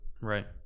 Right